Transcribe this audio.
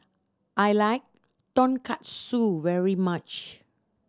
I like Tonkatsu very much